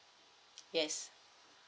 yes